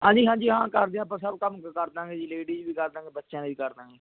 ਹਾਂਜੀ ਹਾਂਜੀ ਹਾਂ ਕਰਦੇ ਆਪਾਂ ਸਭ ਕੰਮ ਕਰ ਦਵਾਂਗੇ ਜੀ ਲੇਡੀਜ ਵੀ ਕਰ ਦਵਾਂਗੇ ਬੱਚਿਆਂ ਦਾ ਵੀ ਕਰ ਦਵਾਂਗੇ